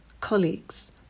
colleagues